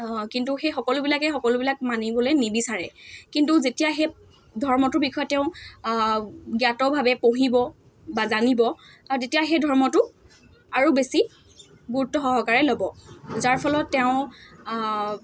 কিন্তু সেই সকলোবিলাকে সকলোবিলাক মানিবলৈ নিবিচাৰে কিন্তু যেতিয়া সেই ধৰ্মটোৰ বিষয়ে তেওঁ জ্ঞাতভাৱে পঢ়িব বা জানিব আৰু তেতিয়া সেই ধৰ্মটো আৰু বেছি গুৰুত্ব সহকাৰে ল'ব যাৰ ফলত তেওঁ